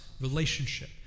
relationship